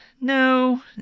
No